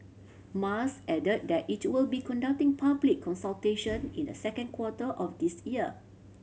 Mas added that it will be conducting public consultation in the second quarter of this year